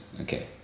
Okay